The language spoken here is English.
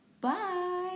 Bye